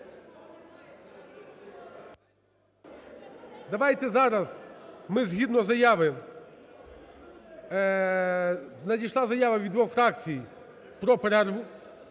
Давайте зараз ми згідно заяви… Надійшла заява від двох фракцій про перерву.